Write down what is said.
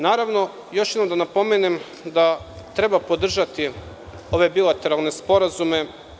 Naravno, još jednom da napomenem da treba podržati ove bilateralne sporazume.